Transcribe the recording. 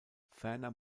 ferner